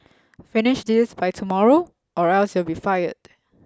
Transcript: finish this by tomorrow or else you'll be fired